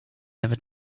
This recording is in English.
never